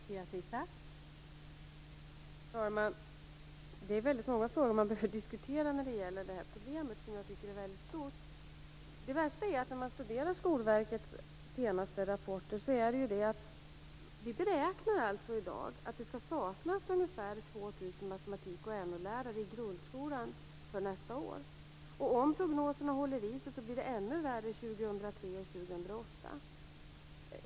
Fru talman! Det är väldigt många frågor man behöver diskutera när det gäller det här problemet, som jag tycker är väldigt stort. Det värsta när man studerar Skolverkets senaste rapporter, är att vi i dag beräknar att det kommer att saknas ungefär 2 000 matematikoch NO-lärare i grundskolan nästa år. Om prognoserna håller i sig blir det ännu värre 2003 och 2008.